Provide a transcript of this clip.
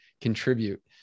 contribute